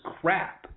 crap